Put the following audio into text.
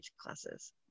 classes